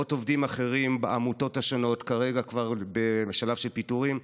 מאות עובדים אחרים בעמותות השונות כרגע כבר בשלב של פיטורים.